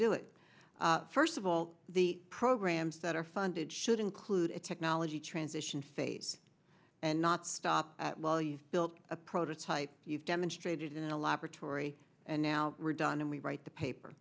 do it first of all the programs that are funded should include a technology transition phase and not stop while you've built a prototype you've demonstrated in a laboratory and now we're done and we write the paper